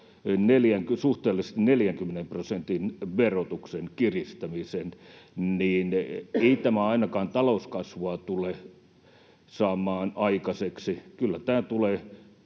suhteellisesti 40 prosentin verotuksen kiristämisen, niin ei tämä ainakaan talouskasvua tule saamaan aikaiseksi. Kyllä tämä tulee